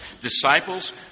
Disciples